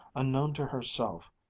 unknown to herself,